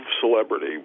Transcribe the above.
celebrity